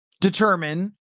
determine